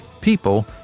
People